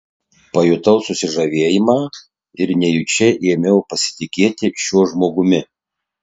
pajutau susižavėjimą ir nejučia ėmiau pasitikėti šiuo žmogumi